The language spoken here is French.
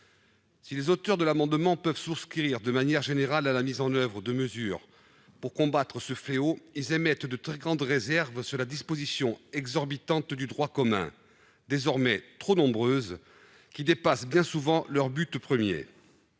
Si les auteurs de cet amendement peuvent souscrire de manière générale à la mise en oeuvre de mesures pour combattre ce fléau, ils émettent de très grandes réserves sur les dispositions exorbitantes du droit commun, désormais trop nombreuses, qui dépassent bien souvent leur but premier.